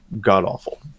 god-awful